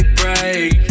break